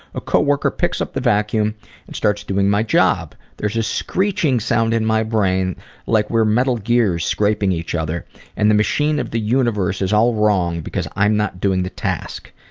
a coworker picks up the vacuum and starts doing my job. there's a screeching sound in my brain like where metal gear scraping each other and the machine of the universe is all wrong because i'm not doing the task.